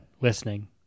listening